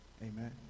Amen